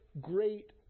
Great